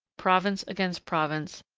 province against province,